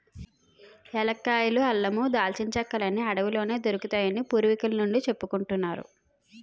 ఏలక్కాయలు, అల్లమూ, దాల్చిన చెక్కలన్నీ అడవిలోనే దొరుకుతాయని పూర్వికుల నుండీ సెప్పుకుంటారు